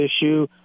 issue